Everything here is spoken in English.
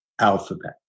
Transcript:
alphabet